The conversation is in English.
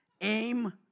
aim